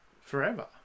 Forever